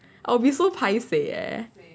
I'll be so paiseh eh